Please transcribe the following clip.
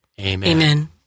Amen